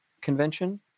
convention